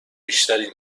بیشتری